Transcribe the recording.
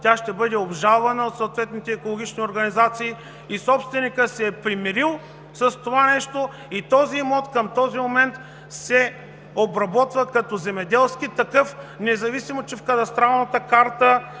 Тя ще бъде обжалвана от съответните екологични организации, собственикът се е примирил с това нещо и имотът към този момент се обработва като земеделски такъв, независимо че в кадастралната карта